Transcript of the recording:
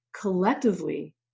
collectively